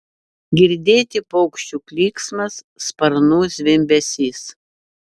girdėti paukščių klyksmas sparnų zvimbesys